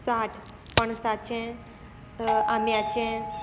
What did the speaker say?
साठ पणसाचें आम्याचें